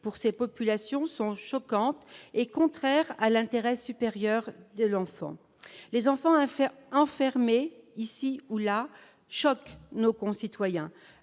pour ces populations sont choquantes et contraires à l'intérêt supérieur de l'enfant. Les enfants enfermés ici ou là choquent nos concitoyens.